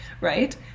right